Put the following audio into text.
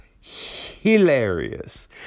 hilarious